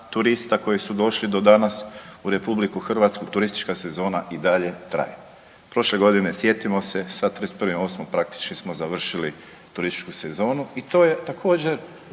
turista koji su došli do danas u Republiku Hrvatsku, turistička sezona i dalje traje. Prošle godine sjetimo se sa 31.8. praktički smo završili turističku sezonu i to je također